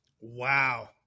Wow